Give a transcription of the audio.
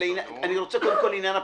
אני רוצה קודם כל לעניין הפיצוציות.